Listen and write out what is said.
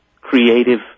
creative